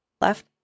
left